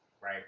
right